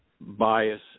bias